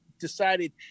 decided